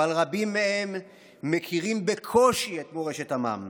אבל רבים מכירים בקושי את מורשת עמם,